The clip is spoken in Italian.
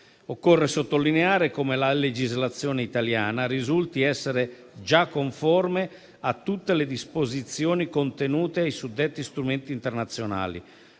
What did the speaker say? Occorre sottolineare come la legislazione italiana risulti essere già conforme a tutte le disposizioni contenute ai suddetti strumenti internazionali,